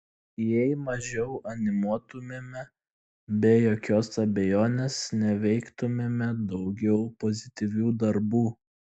jei mažiau aimanuotumėme be jokios abejonės nuveiktumėme daugiau pozityvių darbų